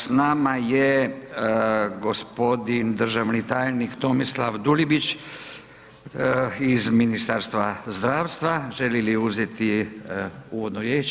S nama je gospodin državni tajnik Tomislav Dulibić iz Ministarstva zdravstva, želi li uzeti uvodnu riječ.